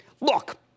Look